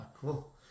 Cool